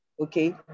Okay